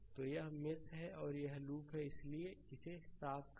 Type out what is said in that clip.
तो यह मेष है और यह लूप है इसलिए इसे साफ करें